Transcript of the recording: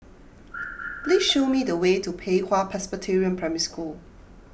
please show me the way to Pei Hwa Presbyterian Primary School